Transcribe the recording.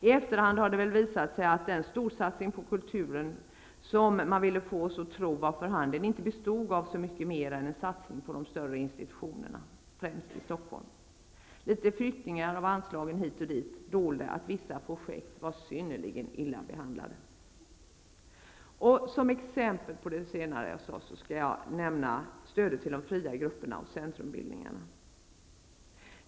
I efterhand har det ju visat sig att den storsatsning på kulturen som man ville få oss att tro var för handen inte bestod av så mycket mer än en satsning på de större institutionerna främst i Stockholm. Litet flyttningar av anslagen hit och dit dolde att vissa projekt var synnerligen illa behandlade. Som exempel på detta vill jag nämna stödet till de fria grupperna och centrumbildningarna.